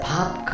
Pop